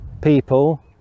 people